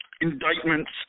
indictments